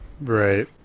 Right